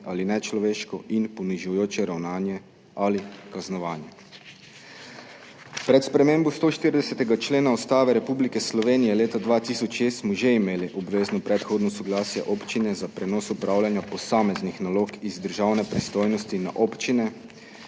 ali nečloveško in ponižujoče ravnanje ali kaznovanje. Pred spremembo 140. člena Ustave Republike Slovenije leta 2006 smo že imeli obvezno predhodno soglasje občine za prenos opravljanja posameznih nalog iz državne pristojnosti na občine,